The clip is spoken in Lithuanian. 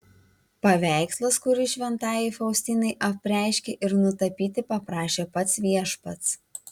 paveikslas kurį šventajai faustinai apreiškė ir nutapyti paprašė pats viešpats